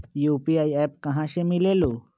UPI app कहा से मिलेलु?